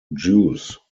jews